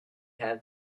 have